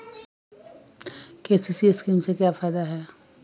KCC scheme का फायदा क्या है?